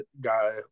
guy